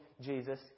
Jesus